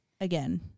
again